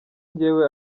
njyewe